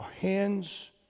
hands